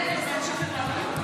אני שומע מה איימן אומר, אל תדאג.